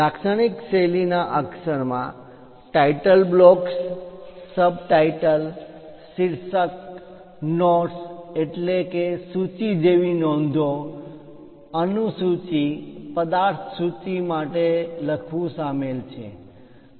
લાક્ષણિક શૈલીના અક્ષરમાં ટાઇટલ બ્લોક્સ સબટાઈટલ શીર્ષક નોટ્સ એટલે કે સૂચિ જેવી નોંધો અનુસૂચિ પદાર્થ સૂચિ માટે લખવું શામેલ છે